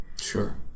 Sure